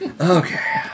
Okay